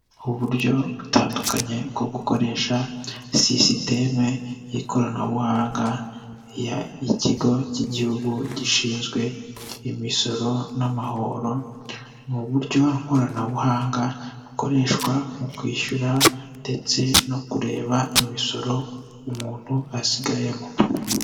Uburyo butandukanye bwo gukoresha sisitemu y'ikoranabuhanga y ikigo cy'igihugu gishinzwe imisoro n'amahoro, ni uburyo koranabuhanga bukoreshwa mu kwishyura ndetse no kureba imisoro umuntu asigayemo.